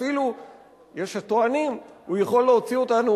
אפילו יש הטוענים שהוא יכול להוציא אותנו